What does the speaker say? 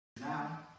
now